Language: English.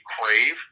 crave